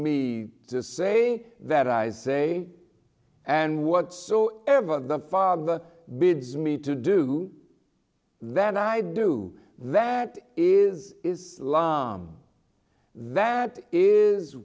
me to say that i say and whatsoever the father bids me to do that i do that is is lom that is